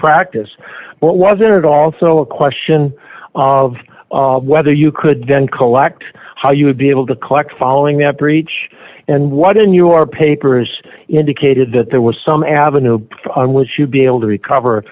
practice but wasn't it also a question of whether you could then collect how you would be able to collect following that breach and what in your papers indicated that there was some avenue on would you be able to recover